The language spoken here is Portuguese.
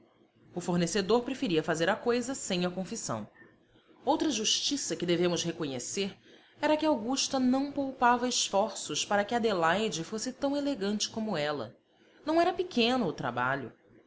o fornecedor preferia fazer a coisa sem a confissão outra justiça que devemos reconhecer era que augusta não poupava esforços para que adelaide fosse tão elegante como ela não era pequeno o trabalho